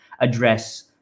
address